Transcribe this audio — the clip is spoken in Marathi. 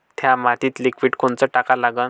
थ्या मातीत लिक्विड कोनचं टाका लागन?